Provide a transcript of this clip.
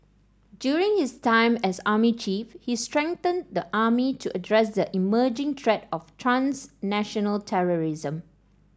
during his time as army chief he strengthened the army to address the emerging threat of transnational terrorism